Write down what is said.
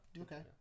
Okay